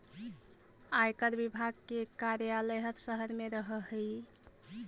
आयकर विभाग के कार्यालय हर शहर में रहऽ हई